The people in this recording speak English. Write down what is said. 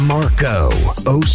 Marco